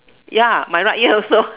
ya my luck year also